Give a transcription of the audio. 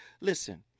Listen